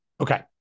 Okay